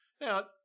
Now